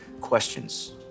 questions